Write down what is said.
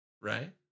Right